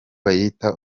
bayita